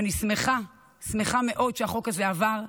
ואני שמחה מאוד שהחוק הזה עבר,